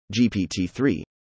GPT-3